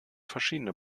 verschiedene